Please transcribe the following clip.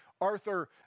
arthur